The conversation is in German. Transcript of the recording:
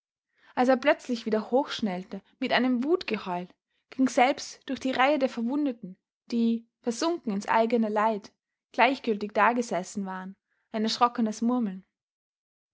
als er plötzlich wieder hochschnellte mit einem wutgeheul ging selbst durch die reihe der verwundeten die versunken ins eigne leid gleichgültig dagesessen waren ein erschrockenes murmeln